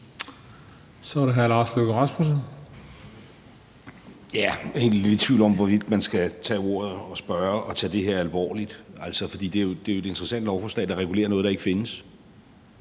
Kl. 16:59 Lars Løkke Rasmussen (UFG): Jeg er egentlig lidt i tvivl om, hvorvidt man skal tage ordet og spørge og tage det her alvorligt, altså, for det er jo et interessant lovforslag, der regulerer noget, der ikke findes: